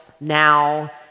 now